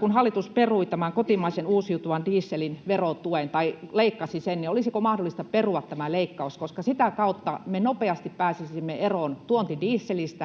kun hallitus leikkasi kotimaisen uusiutuvan dieselin verotuen, perua tämä leikkaus? Sitä kautta me nopeasti pääsisimme eroon tuontidieselistä ja